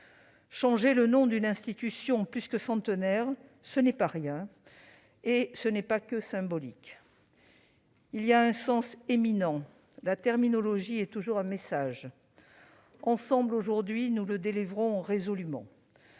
Changer le nom d'une institution plus que centenaire, ce n'est pas rien et ce n'est pas seulement symbolique. Cela a un sens éminent, la terminologie est toujours un message que nous délivrons aujourd'hui ensemble, résolument